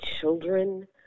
children